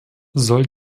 soll